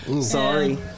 Sorry